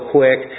quick